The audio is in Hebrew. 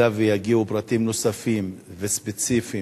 במידה שיגיעו פרטים נוספים וספציפיים